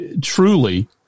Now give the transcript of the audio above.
truly